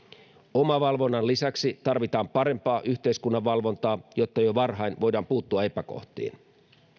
omavalvonnan lisäksi tarvitaan parempaa yhteiskunnan valvontaa jotta jo varhain voidaan puuttua epäkohtiin